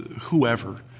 whoever